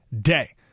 day